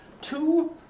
two